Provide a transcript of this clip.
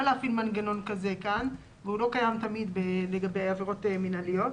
להפעיל מנגנון כזה כאן והוא לא תמיד קיים לגבי עבירות מינהליות.